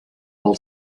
pel